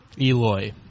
Eloy